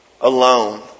alone